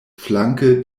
flanke